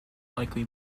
likely